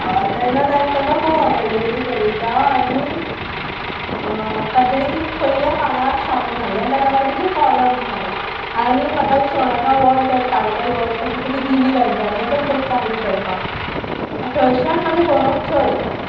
तेन्ना तांकां खूब आवडिल्ली ती कविता आनी तांच्यानी ती पयल्या पानार छापून हाडली आनी ताच्या मागीर ताचेर कॉलम जाले आनी म्हाका तांणी सोनाटा वॉच काय टायटन वॉच दिली तांच्यानी म्हणजें प्रोत्साहीत करपाक थंयच्यान म्हजें बरोवप चड जालें